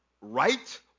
right